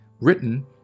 written